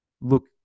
look